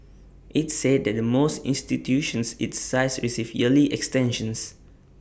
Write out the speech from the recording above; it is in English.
IT said that the most institutions its size receive yearly extensions